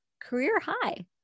Career-high